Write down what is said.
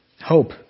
Hope